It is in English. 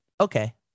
Okay